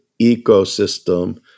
ecosystem